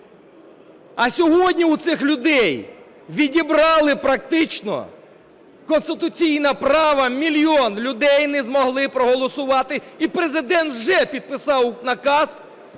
А сьогодні у цих людей відібрали практично конституційне право, мільйон людей не змогли проголосувати, і Президент вже підписав наказ